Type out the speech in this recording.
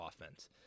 offense